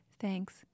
thanks